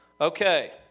Okay